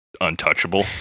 untouchable